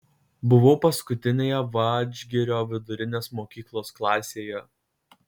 buvau paskutinėje vadžgirio vidurinės mokyklos klasėje